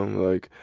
like,